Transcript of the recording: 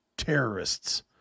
terrorists